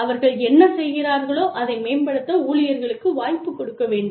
அவர்கள் என்ன செய்கிறார்களோ அதை மேம்படுத்த ஊழியர்களுக்கு வாய்ப்பு கொடுக்க வேண்டும்